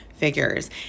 figures